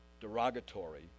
derogatory